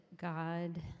God